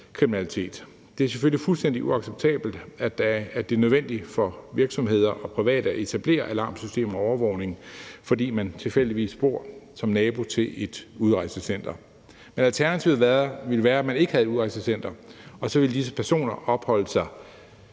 kriminalitet. Det er selvfølgelig fuldstændig uacceptabelt, at det er nødvendigt for virksomheder og private at etablere alarmsystemer og overvågning, fordi man tilfældigvis bor som nabo til et udrejsecenter. Men alternativet ville være, at man ikke havde et udrejsecenter, og at disse personer så ville opholde sig